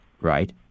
Right